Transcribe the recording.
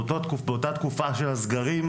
באותה התקופה של הסגרים,